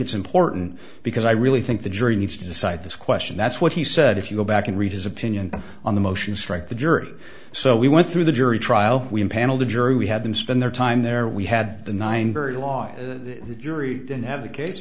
it's important because i really think the jury needs to decide this question that's what he said if you go back and read his opinion on the motion strike the jury so we went through the jury trial we empaneled the jury we had them spend their time there we had the nine very laws jury didn't have a case